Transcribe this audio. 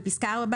בפסקה (4),